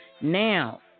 Now